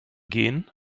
gehen